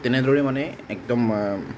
তেনেদৰে মানে একদম